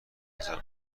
میزان